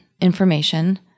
information